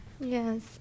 Yes